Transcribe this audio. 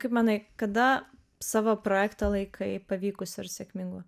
kaip manai kada savo projektą laikai pavykusiu ir sėkmingu